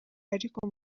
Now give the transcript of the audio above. ariko